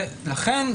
לכן,